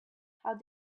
how